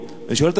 אני שואל את עצמי,